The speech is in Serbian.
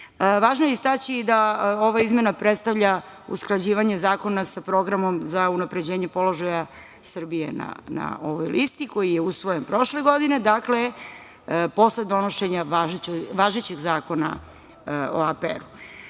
je istaći da ova izmena predstavlja usklađivanje zakona sa Programom za unapređenje položaja Srbije na ovoj listi, koji je usvojen prošle godine, dakle, posle donošenja važećeg Zakona o APR-u. Važno